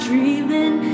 Dreaming